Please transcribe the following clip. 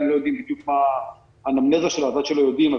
לא יודעים מה האנמנזה שלו אז עד שלא יודעים,